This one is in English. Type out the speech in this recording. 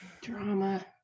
Drama